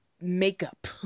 makeup